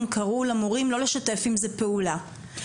קראו למורים לא לשתף עם זה פעולה,